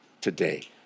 today